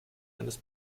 eines